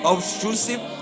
obtrusive